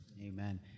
Amen